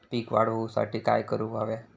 पीक वाढ होऊसाठी काय करूक हव्या?